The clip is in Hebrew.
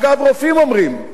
אגב, רופאים אומרים: